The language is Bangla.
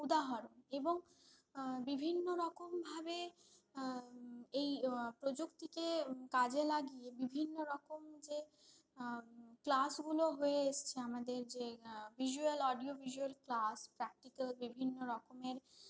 উদাহরণ এবং বিভিন্ন রকমভাবে এই প্রযুক্তিকে কাজে লাগিয়ে বিভিন্ন রকম যে ক্লাসগুলো হয়ে এসেছে আমাদের যে visual audio visual class practical বিভিন্ন রকমের